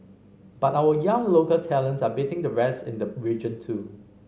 but our young local talents are beating the rest in the region too